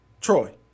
Troy